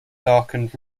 darkened